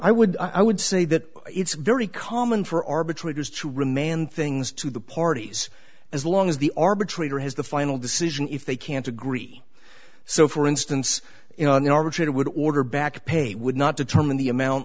i would i would say that it's very common for arbitrator's to remand things to the parties as long as the arbitrator has the final decision if they can't agree so for instance in an arbitrator would order back pay would not determine the amount